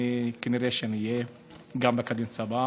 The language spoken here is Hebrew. וכנראה גם אני אהיה בקדנציה הבאה.